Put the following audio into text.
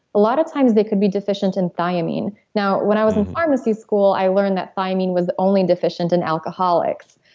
a lot of times they could be deficient in thiamine when i was in pharmacy school, i learned that thiamine was only deficient in alcoholics